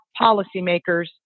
policymakers